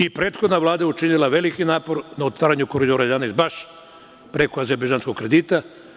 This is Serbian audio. I prethodna Vlada je učinila veliki napor na otvaranju Koridora 11, baš preko azerbejdžanskog kredita.